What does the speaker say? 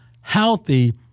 healthy